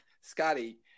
Scotty